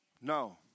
No